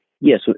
Yes